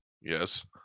Yes